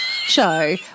show